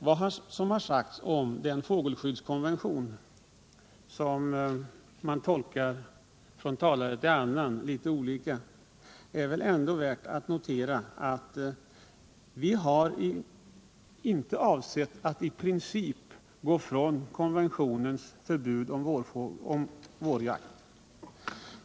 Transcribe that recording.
När det gäller den fågelskyddskonvention som av olika talare tolkas litet olika är det värt att notera att vi inte avsett att i princip gå ifrån konventionens förbud mot vårjakt.